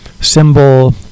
symbol